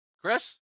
Chris